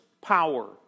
power